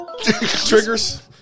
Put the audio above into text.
Triggers